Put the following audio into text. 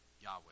Yahweh